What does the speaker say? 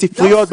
בספריות,